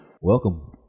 Welcome